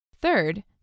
Third